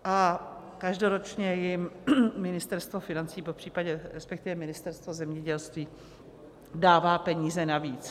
A každoročně jim Ministerstvo financí, resp. Ministerstvo zemědělství dává peníze navíc.